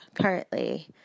currently